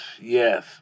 Yes